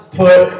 put